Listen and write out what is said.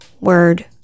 word